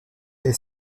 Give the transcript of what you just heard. est